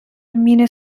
مینه